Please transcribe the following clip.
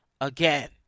again